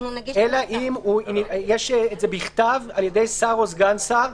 אלא אם יש את זה בכתב על ידי שר או סגן שר